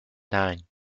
nine